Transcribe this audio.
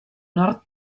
north